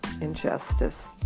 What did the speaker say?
injustice